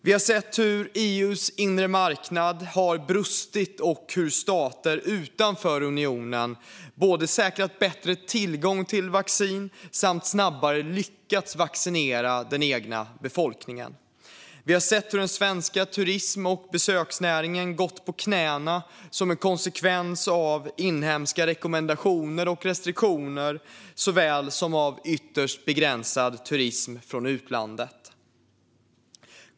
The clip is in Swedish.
Vi har sett hur EU:s inre marknad har brustit och hur stater utanför unionen både säkrat bättre tillgång till vaccin och snabbare lyckats vaccinera den egna befolkningen. Vi har sett hur den svenska turism och besöksnäringen gått på knäna som en konsekvens såväl av inhemska rekommendationer och restriktioner som av ytterst begränsad turism från utlandet.